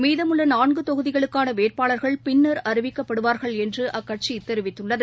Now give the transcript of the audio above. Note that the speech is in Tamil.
மீதமுள்ளநான்குதொகுதிகளுக்கானவேட்பாளர்கள் பின்னர் அறிவிக்கப்படுவார்கள் என்றுஅக்கட்சிதெரிவித்துள்ளது